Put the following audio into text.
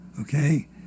okay